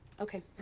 Okay